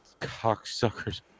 cocksuckers